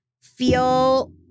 feel